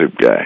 guy